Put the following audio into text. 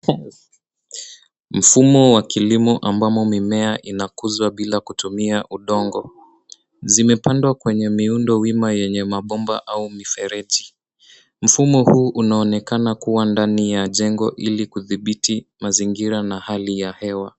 Mfumo wa kilimo ambamo mimea inakuzwa bila kutumia udongo. Zimepandwa kwenye miundo wima yenye mabomba au mifereji. Mfumo huu unaonekana kuwa ndani ya jengo ili kudhibiti mazingira na hali ya hewa.